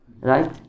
Right